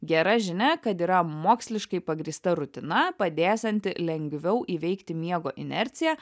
gera žinia kad yra moksliškai pagrįsta rutina padėsianti lengviau įveikti miego inerciją